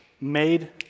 made